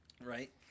Right